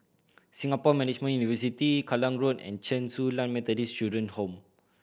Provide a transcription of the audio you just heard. Singapore Management University Kallang Road and Chen Su Lan Methodist Children's Home